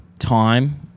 time